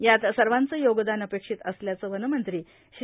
यात सर्वाचे योगदान अपेक्षित असल्याचं वनमंत्री श्री